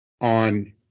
on